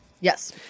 yes